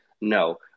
no